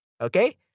Okay